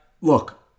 look